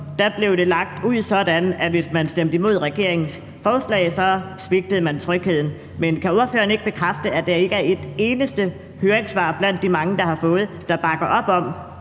går blev det lagt ud sådan, at hvis man stemte imod regeringens forslag, svigtede man trygheden, men kan ordføreren ikke bekræfte, at der ikke er et eneste høringssvar blandt de mange, der er kommet, der bakker op om,